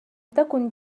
تكن